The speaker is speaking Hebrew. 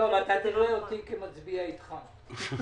תראה אותי כמצביע אתך.